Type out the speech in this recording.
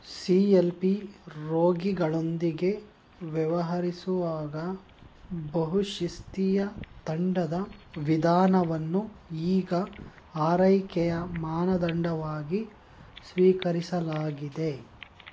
C L P ರೋಗಿಗಳೊಂದಿಗೆ ವ್ಯವಹರಿಸುವಾಗ ಬಹುಶಿಸ್ತೀಯ ತಂಡದ ವಿಧಾನವನ್ನು ಈಗ ಆರೈಕೆಯ ಮಾನದಂಡವಾಗಿ ಸ್ವೀಕರಿಸಲಾಗಿದೆ